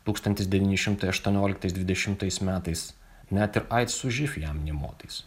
tūkstantis devyni šimtai aštuonioliktais dvidešimtais metais net ir aids su živ jam nė motais